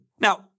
Now